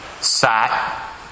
sat